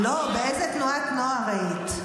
לא, באיזה תנועת נוער היית?